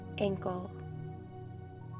Ankle